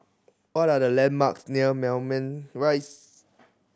what are the landmarks near Moulmein Rise